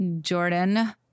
Jordan